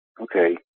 Okay